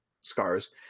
scars